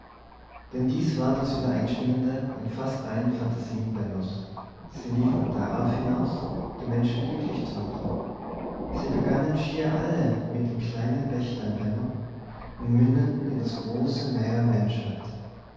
denn dies war das übereinstimmende an fast allen phantasien bennos sie liefen darauf hinaus die menschen glücklich zu machen sie begannen schier alle mit dem kleinen bächlein benno und mündeten in das große meer